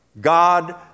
God